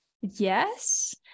yes